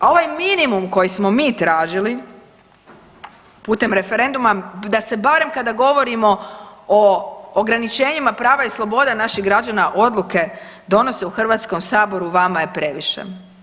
A ovaj minimum koji smo mi tražili putem referenduma da se barem kada govorimo o ograničenjima prava i sloboda naših građana odluke donose u Hrvatskom saboru vama je previše.